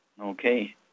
okay